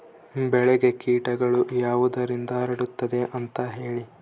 ಬೆಳೆಗೆ ಕೇಟಗಳು ಯಾವುದರಿಂದ ಹರಡುತ್ತದೆ ಅಂತಾ ಹೇಳಿ?